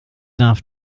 darf